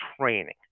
training